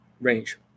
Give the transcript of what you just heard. range